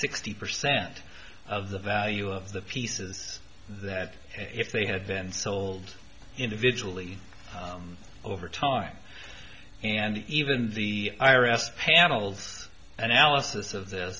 sixty percent of the value of the pieces that if they had been sold individually over time and even the i r s panels analysis of th